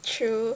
true